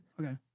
Okay